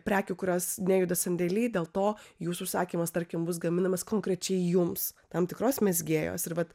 prekių kurios nejuda sandėly dėl to jūsų užsakymas tarkim bus gaminamas konkrečiai jums tam tikros mezgėjos ir vat